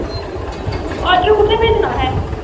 order कु'त्थें भेजना असें